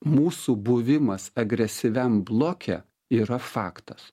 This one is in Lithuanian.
mūsų buvimas agresyviam bloke yra faktas